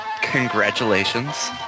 congratulations